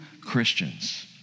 Christians